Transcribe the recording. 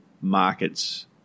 markets